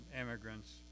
immigrants